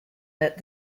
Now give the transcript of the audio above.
that